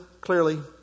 clearly